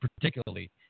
particularly